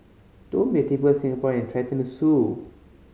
don't be a typical Singaporean and threaten to sue